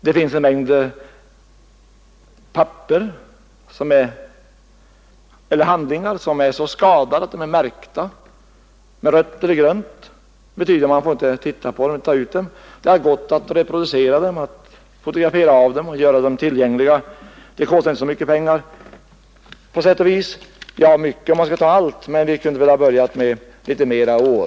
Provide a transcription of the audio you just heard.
Det finns en stor mängd handlingar som är så skadade att de är märkta med rött eller grönt, vilket betyder att man inte får handskas med dem och alltså inte kan studera dem. Men det hade gått att fotografera de handlingarna och på det sättet göra dem tillgängliga. Det kostar heller inte särskilt mycket pengar. Om man skall reproducera allt, så blir det förstås avsevärda summor, men man kan ju börja med några och fortsätta ytterligare några år.